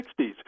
1960s